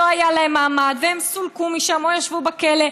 שלא היה להם מעמד והם סולקו משם, או ישבו בכלא.